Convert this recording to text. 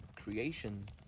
creation